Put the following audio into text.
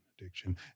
addiction